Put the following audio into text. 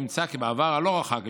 ימצא כי בעבר הלא-רחוק,